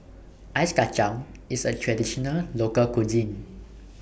Ice Kacang IS A Traditional Local Cuisine